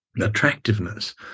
attractiveness